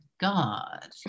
God